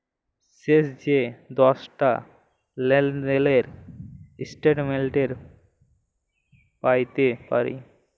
শেষ যে দশটা লেলদেলের ইস্ট্যাটমেল্ট প্যাইতে পারি